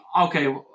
okay